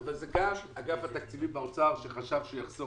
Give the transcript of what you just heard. אבל זה גם אגף התקציבים באוצר שחשב שהוא יחסוך